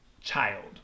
child